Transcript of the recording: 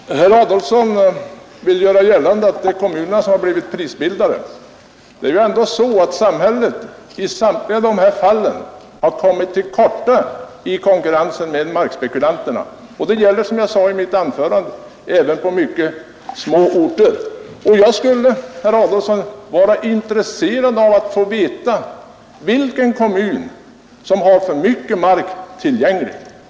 Herr talman! Herr Adolfsson vill göra gällande att det är kommunerna som har varit prisbildare, men det är ju ändå så att samhället i samtliga fall har kommit till korta i konkurrensen med markspekulanterna. Som jag sade i mitt anförande gäller detta även på mycket små orter. Jag skulle vara intresserad av att få veta, herr Adolfsson, vilken kommun som har för mycket mark tillgänglig.